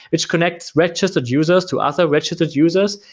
which connects ratcheted users to other ratcheted users.